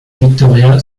victoria